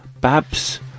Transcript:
Babs